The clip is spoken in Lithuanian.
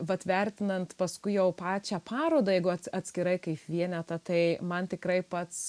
vat vertinant paskui jau pačią parodą jeigu atskirai kaip vienetą tai man tikrai pats